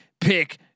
Pick